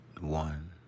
One